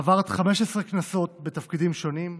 עברת 15 כנסות בתפקידים שונים,